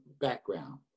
background